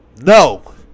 No